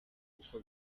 kuko